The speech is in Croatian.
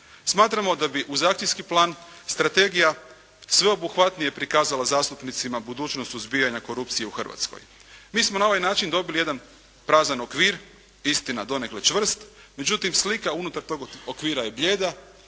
Smatramo da bi uz akcijski plan strategija sveobuhvatnije prikazala zastupnicima budućnost suzbijanja korupcije u Hrvatskoj. Mi smo na ovaj način dobili jedan prazan okvir, istina donekle čvrst, međutim slika unutar tog okvira je blijeda